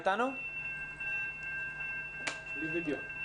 אולי אנחנו?